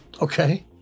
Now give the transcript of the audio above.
Okay